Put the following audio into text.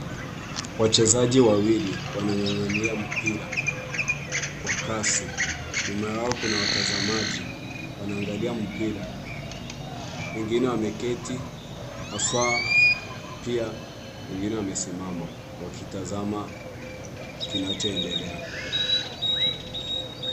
Wachezaji wawili wanang'ang'ania mpira kwa kasi. Nyuma yao kuna watazamaji wanaangalia mpira wengine wameketi hasa pia wengine wamesimama wakitazama kinachoendelea.